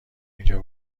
اینجا